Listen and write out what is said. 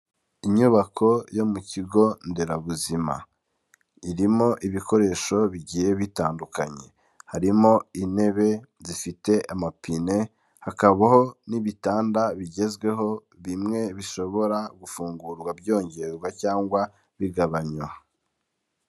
Inyubako yo mu kigo nderabuzima. Irimo ibikoresho bigiye bitandukanye. Harimo intebe zifite amapine, hakabaho n'ibitanda bigezweho bimwe bishobora gufungurwa byongerwa cyangwa bigabanywa.